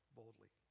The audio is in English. boldly